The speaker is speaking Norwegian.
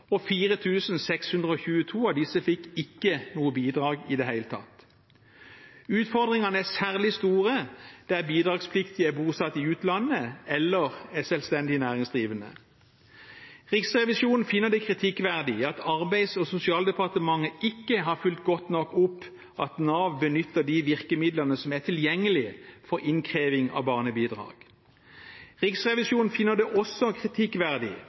og 4 622 av disse fikk ikke noe bidrag i det hele tatt. Utfordringene er særlig store der bidragspliktig er bosatt i utlandet eller er selvstendig næringsdrivende. Riksrevisjonen finner det kritikkverdig at Arbeids- og sosialdepartementet ikke har fulgt godt nok opp at Nav benytter de virkemidlene som er tilgjengelige for innkreving av barnebidrag. Riksrevisjonen finner det også kritikkverdig